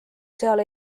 seal